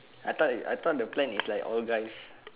I thought I thought the plan is like all guys